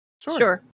Sure